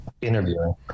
interviewing